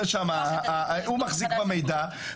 הוא מחזיק במידע.